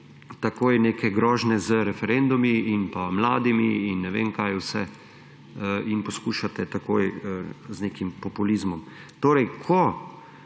takoj neke grožnje z referendumi in mladimi in ne vem kaj vse in poskušate takoj z nekim populizmom. Torej, ko